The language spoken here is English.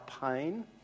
pain